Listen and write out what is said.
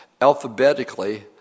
alphabetically